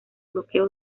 bloqueo